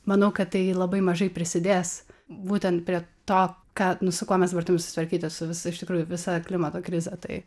manau kad tai labai mažai prisidės būtent prie to ką nu su kuo mes dabar turim susitvarkyti su visu iš tikrųjų visa klimato krize tai